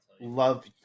love